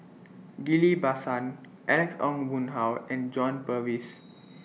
Ghillie BaSan Alex Ong Boon Hau and John Purvis